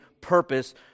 purpose